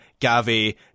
Gavi